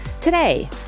Today